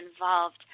involved